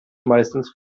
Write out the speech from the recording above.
meistens